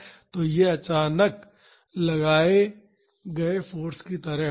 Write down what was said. तो यह फाॅर्स अचानक लगाए गए फाॅर्स की तरह होगा